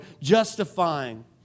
justifying